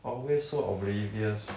always so oblivious